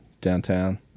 downtown